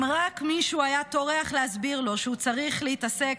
אם רק היה מישהו טורח להסביר לו שהוא צריך להתעסק